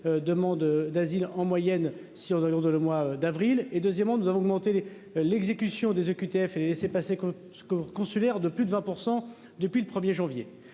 demandes d'asile en moyenne si on annonce de le mois d'avril, et deuxièmement nous avons augmenté l'exécution des OQTF et c'est passé que ce con consulaire de plus de 20% depuis le 1er janvier.